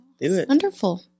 wonderful